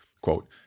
quote